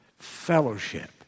fellowship